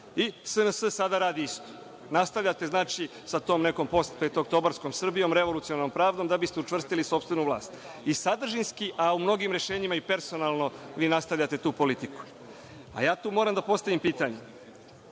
I SNS sada radi isto. Nastavljate, znači, sa tom nekom postpetooktobarskom Srbijom, revolucionarnom pravdom, da biste učvrstili sopstvenu vlast, i sadržinski, a u mnogim rešenjima i personalno, vi nastavljate tu politiku. Ja tu moram da postavim pitanje.